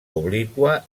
obliqua